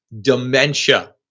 dementia